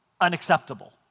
unacceptable